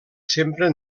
sempre